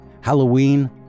Halloween